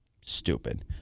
Stupid